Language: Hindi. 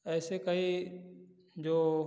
ऐसे कई जो